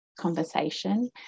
conversation